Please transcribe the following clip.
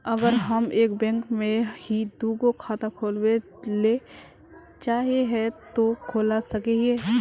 अगर हम एक बैंक में ही दुगो खाता खोलबे ले चाहे है ते खोला सके हिये?